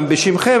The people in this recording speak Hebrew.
גם בשמכם,